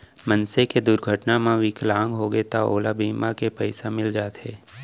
मनसे के दुरघटना म बिकलांग होगे त ओला बीमा के पइसा मिल जाथे